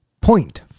point